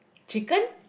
chicken